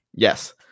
Yes